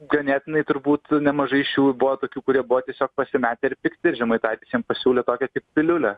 ganėtinai turbūt nemažai iš jų buvo tokių kurie buvo tiesiog pasimetę ir pikti ir žemaitaitis jiem pasiūlė tokią kaip piliulę